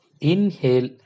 inhale